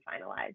finalized